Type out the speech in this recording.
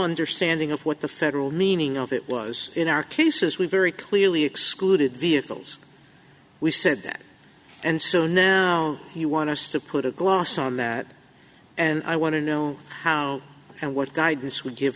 understanding of what the federal meaning of it was in our cases we very clearly excluded vehicles we said that and so now you want to stay put a gloss on that and i want to know how and what guidance would give